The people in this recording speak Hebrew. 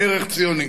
ערך ציוני.